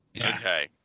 Okay